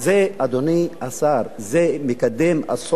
זה, אדוני השר, זה מקדם אסון.